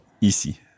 ici